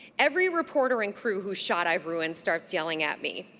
every reporter and crew whose shot i've ruined starts yelling at me,